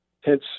hence